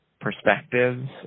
perspectives